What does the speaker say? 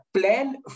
plan